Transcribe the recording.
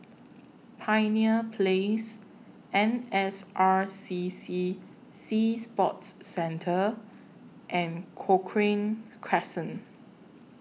Pioneer Place N S R C C Sea Sports Centre and Cochrane Crescent